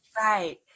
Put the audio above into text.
Right